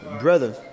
brother